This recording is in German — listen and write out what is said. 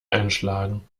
einschlagen